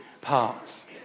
parts